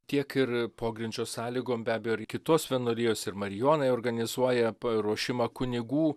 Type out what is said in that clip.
tiek ir pogrindžio sąlygom be abejo ar kitos vienuolijos ir marijonai organizuoja paruošimą kunigų